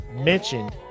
mentioned